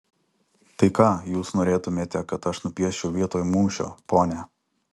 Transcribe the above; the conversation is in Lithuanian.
tai ką jūs norėtumėte kad aš nupieščiau vietoj mūšio ponia